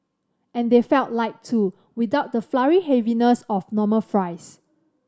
and they felt light too without the floury heaviness of normal fries